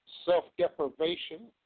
self-deprivation